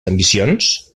ambicions